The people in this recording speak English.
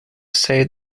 say